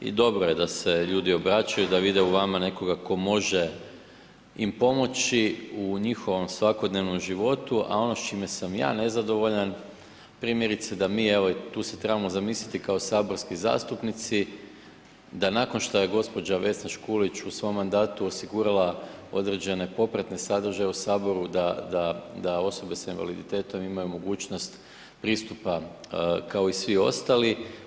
I dobro je da se ljudi obraćaju, da vide u vama nekoga tko može im pomoći u njihovom svakodnevnom životu a ono s čime sam ja nezadovoljan, primjerice da mi evo, i tu se trebamo zamisliti kao saborski zastupnici, da nakon što je gospođa Vesna Škulić u svom mandatu osigurala određene popratne sadržaje u Saboru, da osobe sa invaliditetom imaju mogućnost pristupa kao i svi ostali.